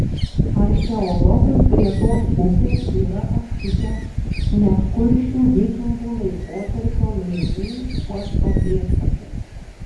archeologai prie tos upės yra aptikę net kuršių vikingų laikotarpio laivų uosto pėdsakų